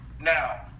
Now